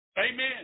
Amen